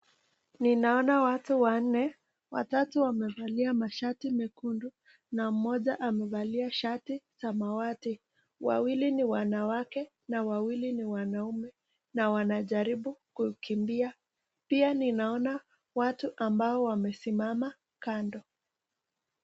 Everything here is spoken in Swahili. Ninaona watu wanne watatu wamevalia mashati mekundu na mmoja amevalia shati samawati. Wawili ni wanawake na wawili ni wanaume na wanajaribu kukimbia pia ninaona watu ambao wamesimama kando.